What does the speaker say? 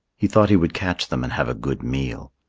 he thought he would catch them and have a good meal.